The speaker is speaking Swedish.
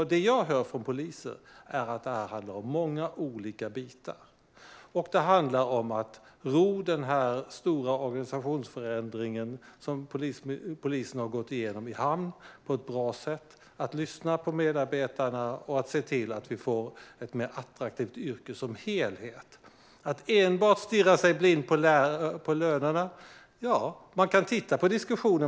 Vad jag hör från poliser är att det handlar om många olika bitar. Man måste ro den stora organisationsförändring som polisen har gått igenom i hamn på ett bra sätt. Man måste lyssna på medarbetarna och se till att yrket som helhet blir mer attraktivt. Man kan inte enbart stirra sig blind på lönerna. Lyssna bara på lärarnas diskussion!